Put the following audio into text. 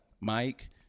Mike